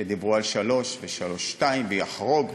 שדיברו על 3 ו-3.2 ויחרוג,